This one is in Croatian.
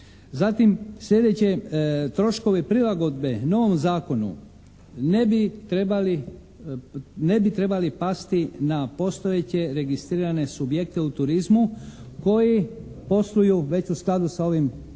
Zatim sljedeće, troškovi prilagodbe u novom zakonu ne bi trebali pasti na postojeće registrirane subjekte u turizmu koji posluju već u skladu sa ovim zakonom,